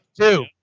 two